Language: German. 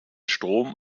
strom